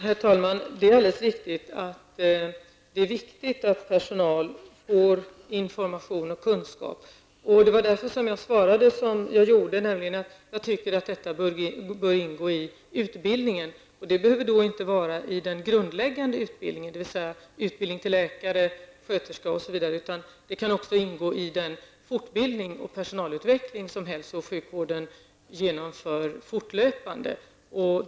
Herr talman! Det är alldeles riktigt att det är viktigt att personal får information och kunskap. Det var därför som jag svarade med att säga att jag tycker att det bör ingå i utbildningen. Det behöver då inte vara i den grundläggande utbildningen, dvs. utbildning till läkare, sköterska osv. Det kan också ingå i den fortbildning och personalutveckling som hälso och sjukvården genomför fortlöpande.